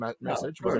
message